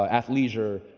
ah athleisure,